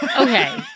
Okay